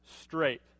straight